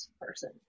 person